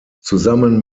zusammen